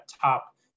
top